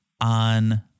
on